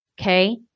Okay